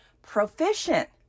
proficient